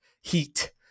heat